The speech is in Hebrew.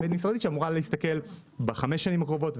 ועדה בין-משרדית שאמורה להסתכל בחמש השנים הקרובות,